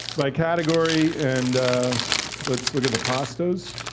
by category and let's look at the pastas.